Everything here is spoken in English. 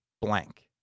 blank